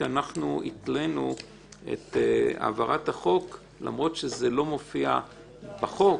אנחנו התלינו את העברת החוק בשיקום למרות שזה לא מופיע בחוק,